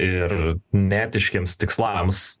ir neetiškiems tikslams